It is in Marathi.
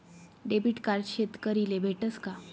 डेबिट कार्ड शेतकरीले भेटस का?